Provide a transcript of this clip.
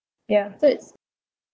ya so it's